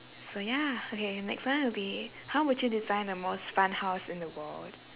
so ya okay next one would be how would you design the most fun house in the world